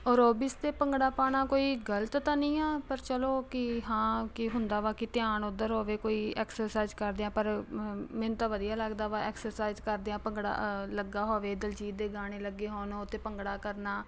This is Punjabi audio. ਅਰੋਬਿਸ 'ਤੇ ਭੰਗੜਾ ਪਾਉਣਾ ਕੋਈ ਗਲਤ ਤਾਂ ਨਹੀਂ ਆ ਪਰ ਚਲੋ ਕੀ ਹਾਂ ਕੀ ਹੁੰਦਾ ਵਾ ਕਿ ਧਿਆਨ ਉੱਧਰ ਹੋਵੇ ਕੋਈ ਐਕਸਰਸਾਈਜ਼ ਕਰਦੇ ਹਾਂ ਪਰ ਮ ਮੈਨੂੰ ਤਾਂ ਵਧੀਆ ਲੱਗਦਾ ਵਾ ਐਕਸਰਸਾਈਜ਼ ਕਰਦੇ ਹਾਂ ਭੰਗੜਾ ਲੱਗਾ ਹੋਵੇ ਦਿਲਜੀਤ ਦੇ ਗਾਣੇ ਲੱਗੇ ਹੋਣ ਉਹ 'ਤੇ ਭੰਗੜਾ ਕਰਨਾ